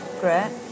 great